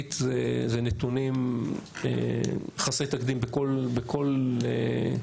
מקצועית אלה נתונים חסרי תקדים בכל פעילות